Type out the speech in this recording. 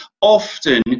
often